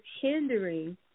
hindering